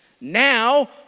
Now